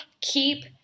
keep